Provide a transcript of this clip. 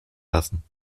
lassen